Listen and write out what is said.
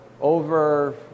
over